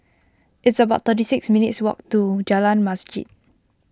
it's about thirty six minutes' walk to Jalan Masjid